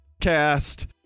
cast